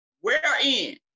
Wherein